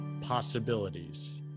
possibilities